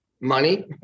money